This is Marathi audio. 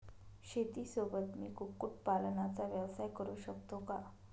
शेतीसोबत मी कुक्कुटपालनाचा व्यवसाय करु शकतो का?